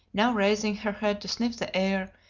now raising her head to sniff the air,